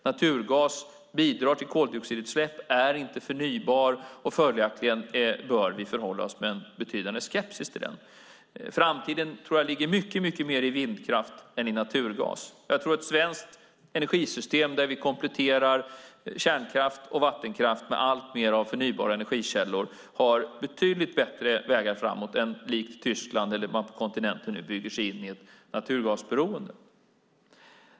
Naturgas bidrar till koldioxidutsläpp. Den är inte förnybar, och följaktligen bör vi förhålla oss med en betydande skepsis till den. Jag tror att framtiden ligger mycket mer i vindkraft än i naturgas. Jag tror att ett svenskt energisystem där vi kompletterar kärnkraft och vattenkraft med alltmer av förnybara energikällor har betydligt bättre vägar framåt än ett system där man likt Tyskland och i andra länder på kontinenten nu bygger sig in i ett naturgasberoende.